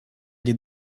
des